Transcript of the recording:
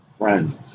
Friends